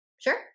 sure